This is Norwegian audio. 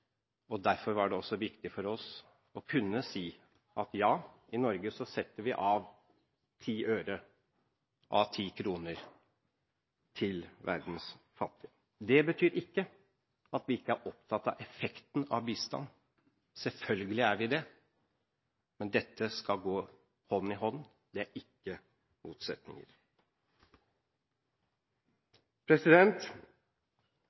ved. Derfor var det også viktig for oss å kunne si at i Norge setter vi av ti øre av ti kroner til verdens fattige. Det betyr ikke at vi ikke er opptatt av effekten av bistand – selvfølgelig er vi det. Men dette skal gå hånd i hånd, det er ikke